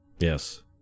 Yes